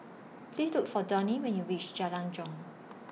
Please Look For Donnie when YOU REACH Jalan Jong